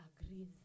agrees